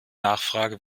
nachfrage